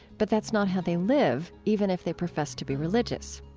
but that's not how they live even if they profess to be religious.